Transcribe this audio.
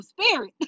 spirit